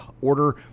order